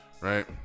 right